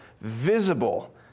visible